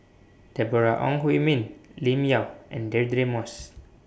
Deborah Ong Hui Min Lim Yau and Deirdre Moss